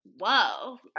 whoa